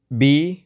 B